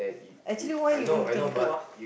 actually why you want to turn pro ah